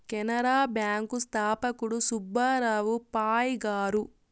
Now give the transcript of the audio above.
Canara bank స్థాపకుడు సుబ్బారావు పాయ్ గారు